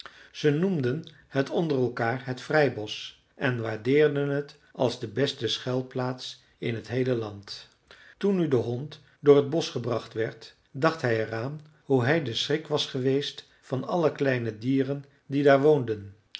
ze noemden het onder elkaar het vrijbosch en waardeerden het als de beste schuilplaats in het heele land toen nu de hond door het bosch gebracht werd dacht hij er aan hoe hij de schrik was geweest van alle kleine dieren die daar woonden